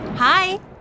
Hi